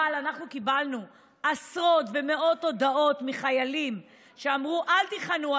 אבל אנחנו קיבלנו עשרות ומאות הודעות מחיילים שאמרו: אל תיכנעו,